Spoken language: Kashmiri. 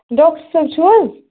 ڈاکٹر صٲب چھِو حظ